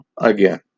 again